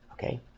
Okay